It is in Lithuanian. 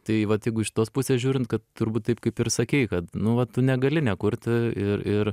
tai vat jeigu iš tos pusės žiūrint kad turbūt taip kaip ir sakei kad nu va tu negali nekurti ir ir